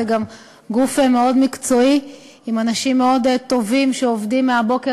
זה גם גוף מאוד מקצועי עם אנשים מאוד טובים שעובדים מהבוקר